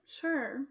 sure